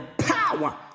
power